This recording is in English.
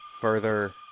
further